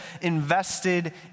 invested